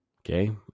Okay